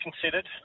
considered